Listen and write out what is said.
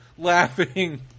Laughing